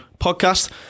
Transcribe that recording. Podcast